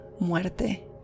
muerte